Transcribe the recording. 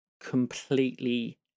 completely